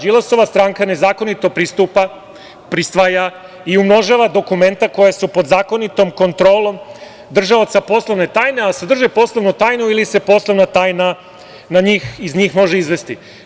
Đilasova stranka nezakonito pristupa, prisvaja i umnožava dokumenta koja su pod zakonitom kontrolom držaoca poslovne tajne, a sadrže poslovnu tajnu ili se poslovna tajna iz njih može izvesti.